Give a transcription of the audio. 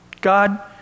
God